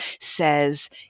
says